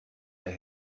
der